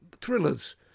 thrillers